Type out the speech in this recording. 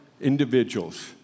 individuals